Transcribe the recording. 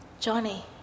Johnny